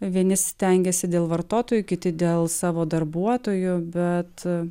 vieni stengiasi dėl vartotojų kiti dėl savo darbuotojų bet